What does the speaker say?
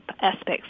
aspects